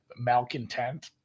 malcontent